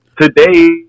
today